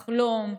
לחלום,